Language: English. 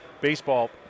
baseball